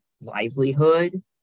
livelihood